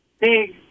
big